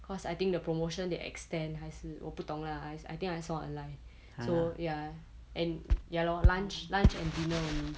cause I think the promotion they extend 还是我不懂 lah I I think I saw online so ya and ya lor lunch lunch and dinner only